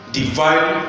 divine